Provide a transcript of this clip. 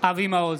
אבי מעוז,